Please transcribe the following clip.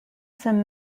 some